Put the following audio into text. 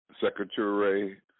Secretary